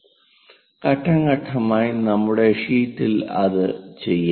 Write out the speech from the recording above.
ഘട്ടം ഘട്ടമായി നമ്മുടെ ഷീറ്റിൽ അത് ചെയ്യാം